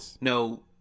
no